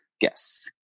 guess